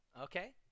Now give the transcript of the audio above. Okay